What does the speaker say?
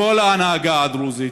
כל ההנהגה הדרוזית